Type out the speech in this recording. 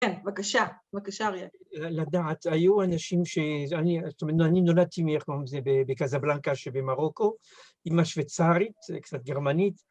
‫כן, בבקשה. בבקשה, אריאל. ‫לדעת, היו אנשים ש... ‫זאת אומרת, אני נולדתי ‫בקזבלנקה שבמרוקו, ‫אימא שוויצרית, קצת גרמנית,